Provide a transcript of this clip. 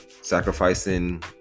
sacrificing